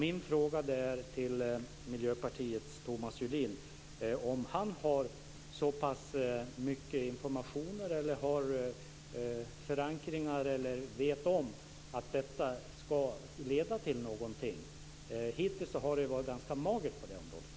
Min fråga till Miljöpartiets Thomas Julin är om han har så pass mycket information och förankringar eller om han vet att detta ska leda till någonting. Hittills har det varit ganska magert på den punkten.